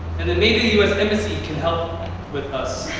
and then maybe the u s. embassy can help with us.